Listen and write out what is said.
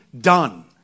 done